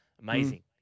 Amazing